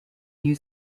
new